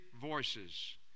voices